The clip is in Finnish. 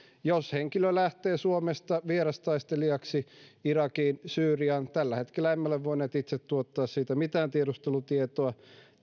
jos henkilö on lähtenyt suomesta vierastaistelijaksi irakiin tai syyriaan emme tällä hetkellä ole voineet itse tuottaa siitä mitään tiedustelutietoa